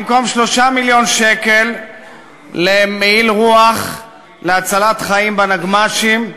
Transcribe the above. במקום 3 מיליון שקל ל"מעיל רוח" להצלת חיים בנגמ"שים,